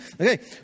Okay